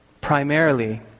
primarily